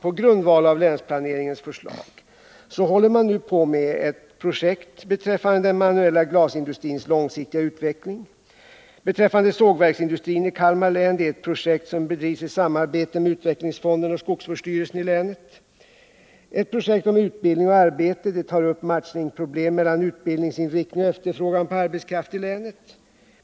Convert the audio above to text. På grundval av länsplaneringens förslag håller man nu på med ett projekt rörande den manuella glasindustrins långsiktiga utveckling. Beträffande sågverksindustrin i Kalmar län kan nämnas ett projekt som bedrivs i samarbete med utvecklingsfonden och skogsvårdsstyrelsen i länet. I ett annat projekt tar man upp utbildning och arbete och behandlar problem med matchningen mellan utbildningsinriktning och efterfrågan på arbetskraft i länet.